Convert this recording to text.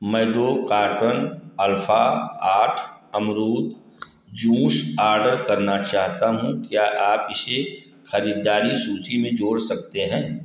मैं दो carton alpha आठ अमरूद जूस आर्डर करना चाहता हूँ क्या आप इसे खरीददारी सूचि में जोड़ सकते हैं